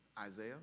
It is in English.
Isaiah